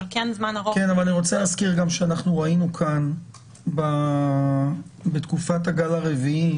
אבל אני רוצה להזכיר גם שאנחנו ראינו כאן בתקופת הגל הרביעי